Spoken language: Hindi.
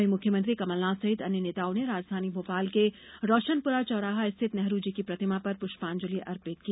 वहीं मुख्यमंत्री कमलनाथ सहित अन्य नेताओं ने राजधानी भोपाल के रोशनपुरा चौराहा स्थित नेहरू जी की प्रतिमा पर पुष्पांजलि अर्पित की